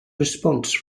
response